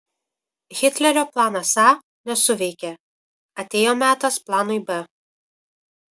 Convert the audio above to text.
hitlerio planas a nesuveikė atėjo metas planui b